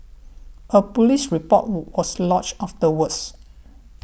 a police report was lodged afterwards